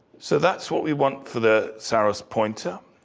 so that's what we want for the saros pointer,